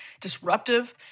disruptive